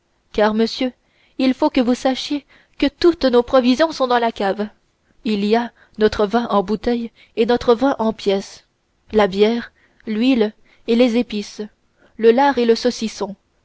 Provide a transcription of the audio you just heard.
car monsieur il faut que vous sachiez que toutes nos provisions sont dans la cave il y a notre vin en bouteilles et notre vin en pièce la bière l'huile et les épices le lard et les saucissons